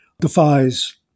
defies